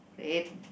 red